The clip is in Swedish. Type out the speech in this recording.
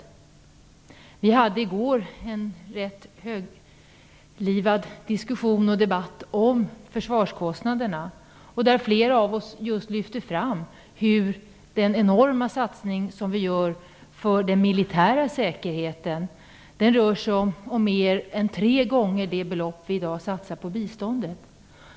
I går hade vi en rätt högljudd och livad diskussion om försvarskostnaderna. Flera av oss lyfte just fram den enorma satsning som vi gör på den militära säkerheten. Det rör sig om en summa som är mer än tre gånger större än det belopp som vi i dag satsar på biståndet.